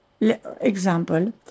example